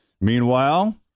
Meanwhile